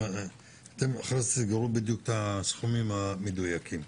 אתם אחר כך תסדרו בדיוק את הסכומים המדויקים.